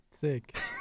Sick